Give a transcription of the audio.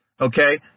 Okay